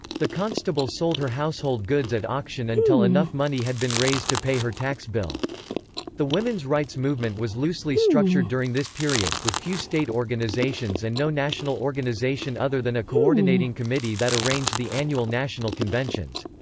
the constable sold her household goods at auction until enough money had been raised to pay her tax bill the women's rights movement was loosely structured during this period, with few state organizations and no national organization other than a coordinating committee that arranged the annual national conventions.